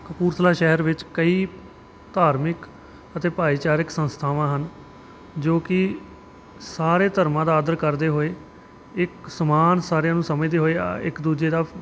ਕਪੂਰਥਲਾ ਸ਼ਹਿਰ ਵਿੱਚ ਕਈ ਧਾਰਮਿਕ ਅਤੇ ਭਾਈਚਾਰਕ ਸੰਸਥਾਵਾਂ ਹਨ ਜੋ ਕਿ ਸਾਰੇ ਧਰਮਾਂ ਦਾ ਆਦਰ ਕਰਦੇ ਹੋਏ ਇੱਕ ਸਮਾਨ ਸਾਰਿਆਂ ਨੂੰ ਸਮਝਦੇ ਹੋਏ ਇੱਕ ਦੂਜੇ ਦਾ